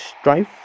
strife